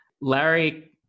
Larry